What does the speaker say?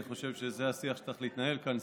אני חושב שזה השיח שצריך להתנהל כאן,